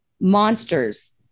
monsters